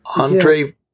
Andre